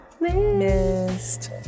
Missed